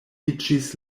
iĝis